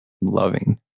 loving